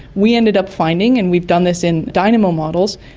we ended up finding. and we've done this in dynamo models.